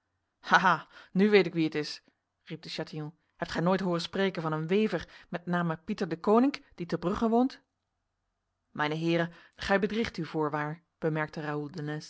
nu weet ik wie het is riep de chatillon hebt gij nooit horen spreken van een wever met name pieter deconinck die te brugge woont mijne heren gij bedriegt u voorwaar bemerkte